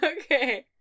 Okay